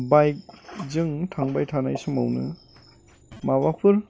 बाइकजों थांबाय थानाय समावनो माबाफोर